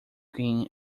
queen